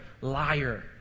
liar